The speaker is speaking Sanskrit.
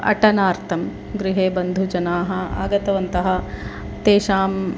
अटनार्थं गृहे बन्धुजनाः आगतवन्तः तेषाम्